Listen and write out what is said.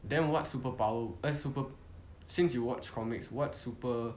then what superpower what super since you watch comics what super